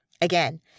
Again